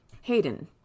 Hayden